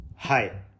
Hi